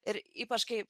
ir ypač kai